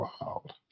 wild